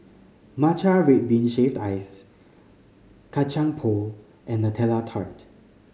matcha red bean shaved ice Kacang Pool and Nutella Tart